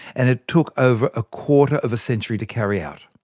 and it took over a quarter of a century to carry out.